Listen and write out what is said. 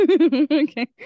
Okay